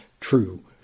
true